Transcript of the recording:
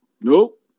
Nope